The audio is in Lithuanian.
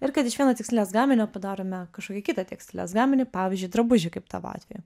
ir kad iš vieno tekstilės gaminio padarome kažkokį kitą tekstilės gaminį pavyzdžiui drabužį kaip tavo atveju